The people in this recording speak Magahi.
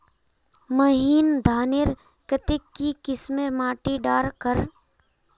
महीन धानेर केते की किसम माटी डार कर?